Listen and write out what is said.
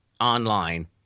online